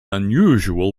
unusual